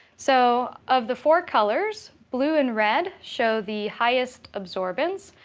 so of the four colors, blue and red show the highest absorbance.